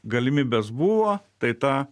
galimybės buvo tai ta